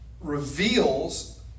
reveals